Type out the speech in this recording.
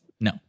No